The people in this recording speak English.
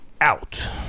out